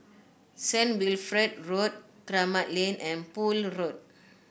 Saint Wilfred Road Kramat Lane and Poole Road